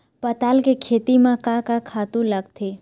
पताल के खेती म का का खातू लागथे?